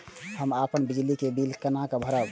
हम अपन बिजली के बिल केना भरब?